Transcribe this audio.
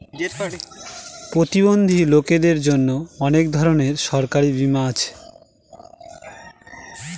প্রতিবন্ধী লোকদের জন্য অনেক ধরনের সরকারি বীমা আছে